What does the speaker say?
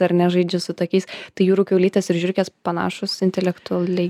ar ne žaidžia su tokiais tai jūrų kiaulytės ir žiurkės panašūs intelektualiai